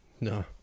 No